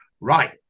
Right